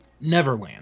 Neverland